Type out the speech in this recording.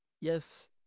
yes